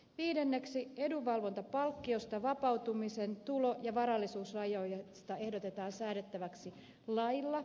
viidenneksi edunvalvontapalkkiosta vapautumisen tulo ja varallisuusrajoista ehdotetaan säädettäväksi lailla